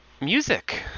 music